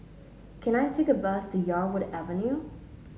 can I take a bus to Yarwood Avenue